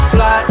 Fly